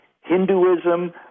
Hinduism